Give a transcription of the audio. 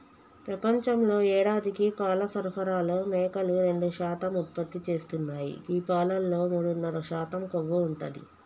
ప్రపంచంలో యేడాదికి పాల సరఫరాలో మేకలు రెండు శాతం ఉత్పత్తి చేస్తున్నాయి గీ పాలలో మూడున్నర శాతం కొవ్వు ఉంటది